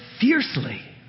fiercely